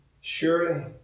Surely